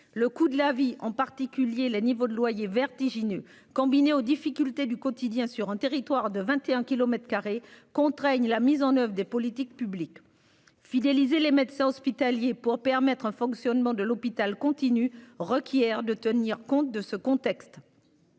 Le coût de la vie, en particulier les niveaux de loyer vertigineux combinées aux difficultés du quotidien, sur un territoire de 21 km2 contraignent la mise en oeuvre des politiques publiques. Fidéliser les médecins hospitaliers pour permettre un fonctionnement de l'hôpital continuent requiert de tenir compte de ce contexte.